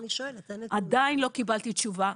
עדיין לא קיבלתי תשובה,